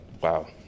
Wow